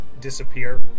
disappear